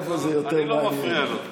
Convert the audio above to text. אני לא מפריע לו.